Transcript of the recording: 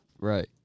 Right